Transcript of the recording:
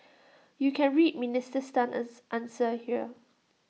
you can read Minister Tan's answer here